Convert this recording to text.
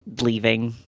leaving